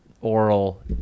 oral